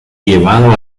llevado